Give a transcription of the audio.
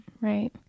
right